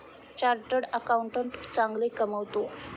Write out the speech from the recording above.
chartered accountant चांगले कमावतो